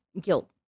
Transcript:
Guilt